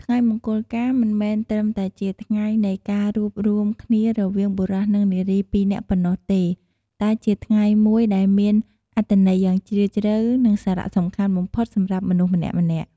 ថ្ងៃមង្គលការមិនមែនត្រឹមតែជាថ្ងៃនៃការរួបរួមគ្នារវាងបុរស និងនារីពីរនាក់ប៉ុណ្ណោះទេ តែជាថ្ងៃមួយដែលមានអត្ថន័យយ៉ាងជ្រាលជ្រៅ និងសារៈសំខាន់បំផុតសម្រាប់មនុស្សម្នាក់ៗ។